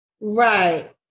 Right